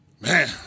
Man